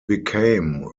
became